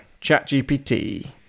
ChatGPT